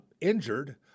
injured